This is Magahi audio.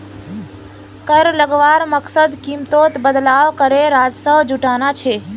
कर लगवार मकसद कीमतोत बदलाव करे राजस्व जुटाना छे